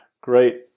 Great